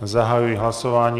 Zahajuji hlasování.